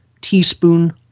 teaspoon